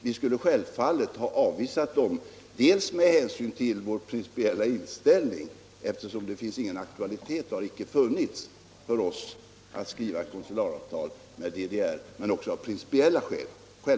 Vi skulle självfallet ha avvisat dem, dels därför att det inte är — och inte har varit —- aktuellt för oss att skriva konsularavtal med DDR, dels av principiella skäl.